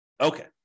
Okay